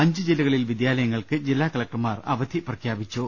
അഞ്ച് ജില്ലകളിൽ വിദ്യാലയങ്ങൾക്ക് ജില്ലാകലക്ടർമാർ അവധി പ്രഖ്യാപിച്ചു